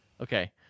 Okay